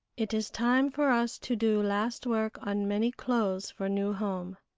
it is time for us to do last work on many clothes for new home.